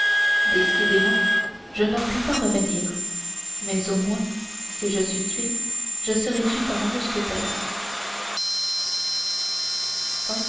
décidément je n'en puis pas revenir mais au moins si je suis tué je serai tué par un mousquetaire